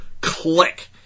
click